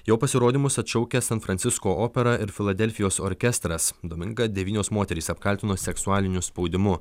jo pasirodymus atšaukia san francisko opera ir filadelfijos orkestras domingą devynios moterys apkaltino seksualiniu spaudimu